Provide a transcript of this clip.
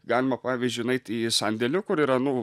galima pavyzdžiui nueit į sandėlį kur yra nu